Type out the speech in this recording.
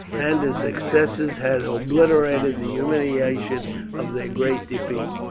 and his successes had obliterated the humiliation of their great defeat.